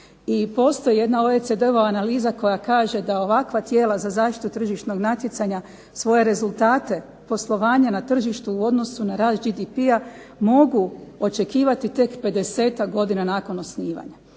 I postoji jedna OECD-ova analiza koja kaže da ovakva tijela za zaštitu tržišnog natjecanja svoje rezultate poslovanja na tržištu u odnosu na rast GDP-a mogu očekivati tek 50-ak godina nakon osnivanja.